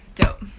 dope